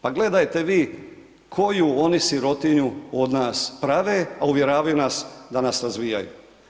Pa gledajte vi koju oni sirotinju od nas prave, a uvjeravaju nas da nas razvijaju.